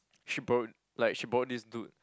she borrowed like she borrowed this dude